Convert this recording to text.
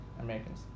Americans